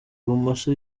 bumoso